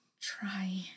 try